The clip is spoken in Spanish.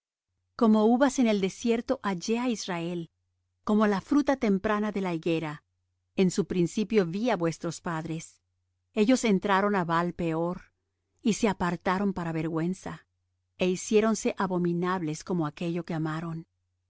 como uvas en el desierto hallé á israel como la fruta temprana de la higuera en su principio vi á vuestros padres ellos entraron á baal-peor y se apartaron para vergüenza é hiciéronse abominables como aquello que amaron